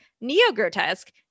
neo-grotesque